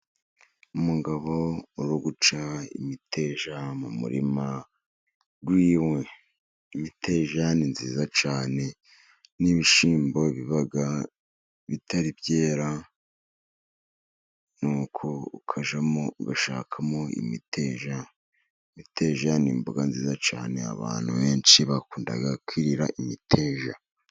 Umugabo uri guca imiteja mu murima w'iwe. Imiteja ni myiza cyane. Ni ibishyimbo biba bitari byera nuko ukajyamo ugashakamo imiteja. Imiteja ni imboga nziza cyane. Abantu benshi bakunda kwirira imiteja.